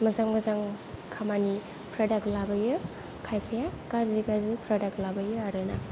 मोजां मोजां खामानि प्रडाक्ट लाबोयो खायफाया गाज्रि गाज्रि प्रडाक्ट लाबोयो आरोना